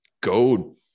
go